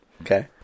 Okay